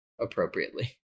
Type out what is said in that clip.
appropriately